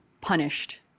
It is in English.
punished